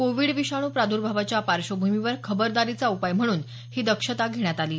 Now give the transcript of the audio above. Covid विषाणू प्रादभावाच्या पार्श्वभूमीवर खबरदारीचा उपाय म्हणून ही दक्षता घेण्यात आली आहे